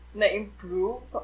na-improve